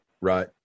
Right